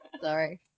sorry